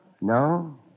No